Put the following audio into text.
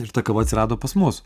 ir ta kava atsirado pas mus